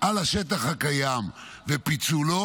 על השטח הקיים ופיצולו,